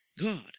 God